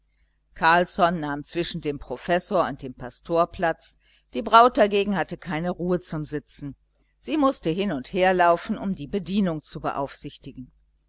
carlsson nahm zwischen dem professor und dem pastor platz die braut dagegen hatte keine ruhe zum sitzen sie mußte hin und her laufen um die bedienung zu beaufsichtigen